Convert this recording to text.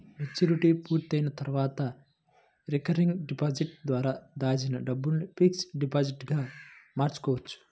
maturity పూర్తయిన తర్వాత recurring deposit ద్వారా దాచిన డబ్బును ఫిక్స్డ్ డిపాజిట్ గా మార్చుకోవచ్చు